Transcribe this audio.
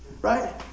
right